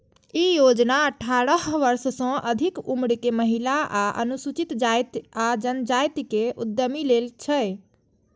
ई योजना अठारह वर्ष सं अधिक उम्र के महिला आ अनुसूचित जाति आ जनजाति के उद्यमी लेल छै